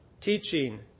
teaching